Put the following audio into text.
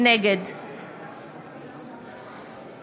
נגד